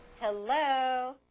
Hello